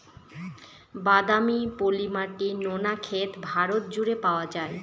বাদামি, পলি মাটি, নোনা ক্ষেত ভারত জুড়ে পাওয়া যায়